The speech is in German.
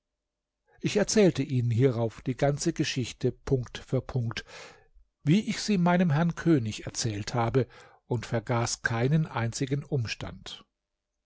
ich erzählte ihnen hierauf die ganze geschichte punkt für punkt wie ich sie meinem herrn könig erzählt habe und vergaß keinen einzigen umstand